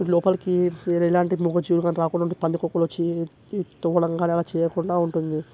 లోపలికి వేరే ఎలాంటి మూగజీవులు కాని రాకుండా ఉంటాయి పందికొక్కులు వచ్చి తవ్వడం కాని అలా చెయ్యకుండా ఉంటుంది